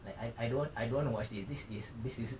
like I I don't want I don't want to watch this this is this is